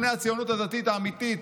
בני הציונות הדתית האמיתית,